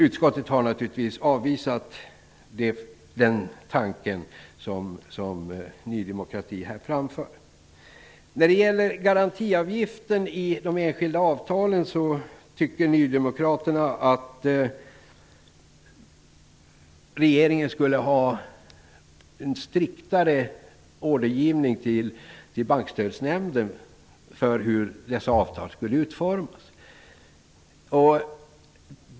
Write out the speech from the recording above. Utskottet har naturligtvis avvisat denna tanke som Ny demokrati har framfört. Nydemokraterna tycker att regeringen skulle ha en striktare ordergivning till Bankstödsnämnden för hur garantiavgiften i de enskilda avtalen skall utformas.